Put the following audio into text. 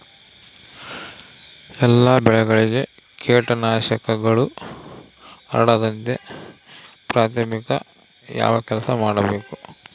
ಎಲ್ಲ ಬೆಳೆಗಳಿಗೆ ಕೇಟನಾಶಕಗಳು ಹರಡದಂತೆ ಪ್ರಾಥಮಿಕ ಯಾವ ಕೆಲಸ ಮಾಡಬೇಕು?